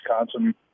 Wisconsin